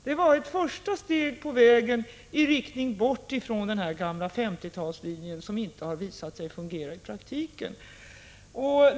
Det var ett första steg på vägen i riktning bort ifrån den gamla 50-talslinjen, som inte har visat sig fungera i praktiken.